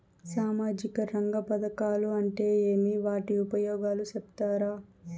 సామాజిక రంగ పథకాలు అంటే ఏమి? వాటి ఉపయోగాలు సెప్తారా?